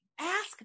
ask